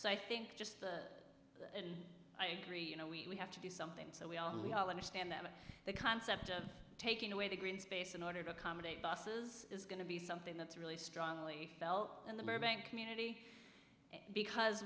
so i think just i agree you know we have to do something so we are we all understand that the concept of taking away the green space in order to accommodate buses is going to be something that's really strongly felt in the burbank community because